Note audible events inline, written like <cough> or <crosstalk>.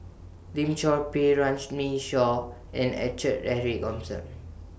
Lim Chor Pee <unintelligible> Shaw and <unintelligible> Eric <unintelligible>